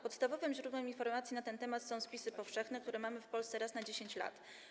Podstawowym źródłem informacji na ten temat są spisy powszechne, które mamy w Polsce raz na 10 lat.